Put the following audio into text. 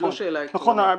זו לא שאלה עקרונית.